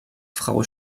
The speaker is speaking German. frau